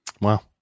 Wow